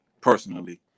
personally